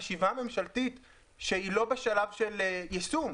חשיבה ממשלתית שהיא לא בשלב של יישום,